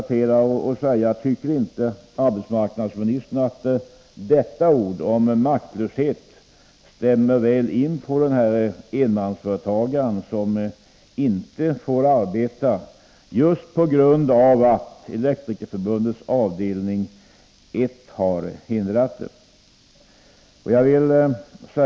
Tycker inte arbetsmarknadsministern att dessa ord, om maktlöshet, stämmer väl in på enmansföretagaren som inte får arbeta just på grund av att Elektrikerförbundets avdelning 1 motsätter sig detta?